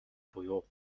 буюу